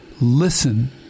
listen